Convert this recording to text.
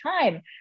time